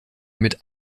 mit